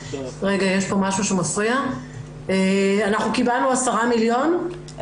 אנחנו קיבלנו 10 מיליון,